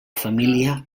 família